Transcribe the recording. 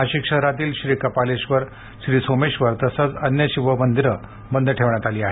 नाशिक शहरातील श्री कपालेश्वर श्री सोमेश्वर तसेच अन्य सर्व शिवमंदिरे बंद ठेवण्यात आली आहेत